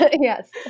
Yes